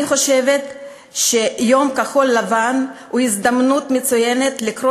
אני חושבת שיום כחול-לבן הוא הזדמנות מצוינת לקרוא